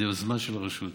זו יוזמה של הרשות,